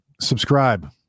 subscribe